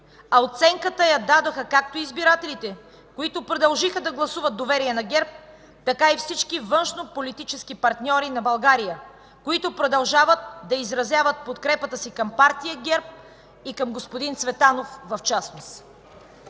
А оценката я дадоха както избирателите, които продължиха да гласуват доверие на ГЕРБ, така и всички външнополитически партньори на България, които продължават да изразяват подкрепата си към партия ГЕРБ и към господин Цветанов в частност.”